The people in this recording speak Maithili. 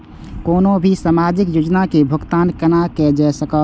कोनो भी सामाजिक योजना के भुगतान केना कई सकब?